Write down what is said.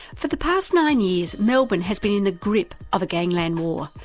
for the past nine years, melbourne has been in the grip of a gangland war,